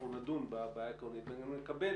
אנחנו נדון בבעיה העקרונית, ונקבל